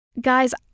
Guys